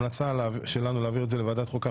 אנחנו ממליצים להעביר את זה לוועדת חוקה,